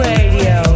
Radio